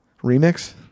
remix